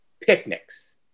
picnics